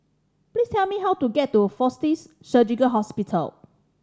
please tell me how to get to Fortis Surgical Hospital